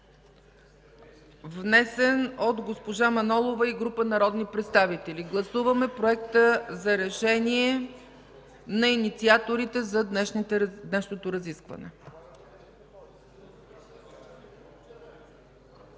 внесен от госпожа Мая Манолова и група народни представители – гласуваме Проекта за решение на инициаторите за днешното разискване.